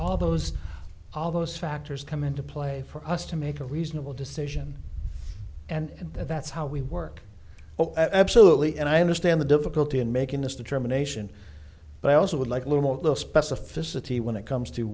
all those all those factors come into play for us to make a reasonable decision and that's how we work oh absolutely and i understand the difficulty in making this determination but i also would like a little of the specificity when it comes to